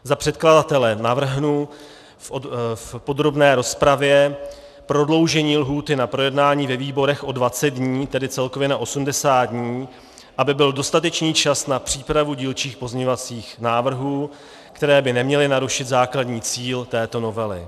Za předkladatele navrhnu v podrobné rozpravě prodloužení lhůty na projednání ve výborech o 20 dnů, tedy celkově na 80 dnů, aby byl dostatečný čas na přípravu dílčích pozměňovacích návrhů, které by neměly narušit základní cíl této novely.